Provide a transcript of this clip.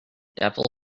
devil